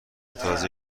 تازه